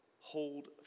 Hold